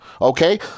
Okay